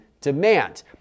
demand